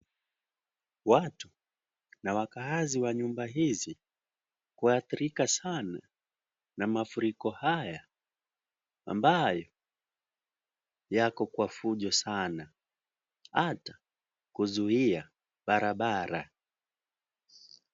Watu na wakaazi wa nyumba hizi kuadhirika sana na mafuriko haya ambayo yako kwa fujo sana. Ata kuzuia barabara.